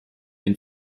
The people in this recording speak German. den